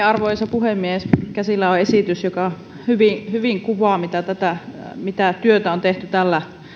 arvoisa puhemies käsillä on esitys joka hyvin hyvin kuvaa mitä työtä on tehty tällä